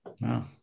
Wow